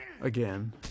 again